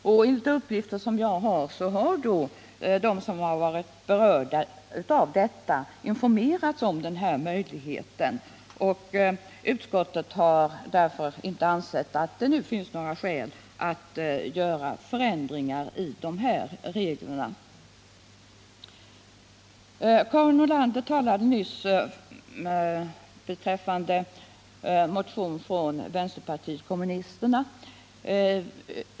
Enligt uppgifter som jag fått har då de berörda informerats om den här möjligheten. Utskottet har därför inte ansett att det nu finns skäl att göra förändringar i dessa regler. Karin Nordlander talade nyss för motionen från vänsterpartiet kommunisterna.